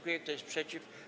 Kto jest przeciw?